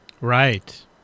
Right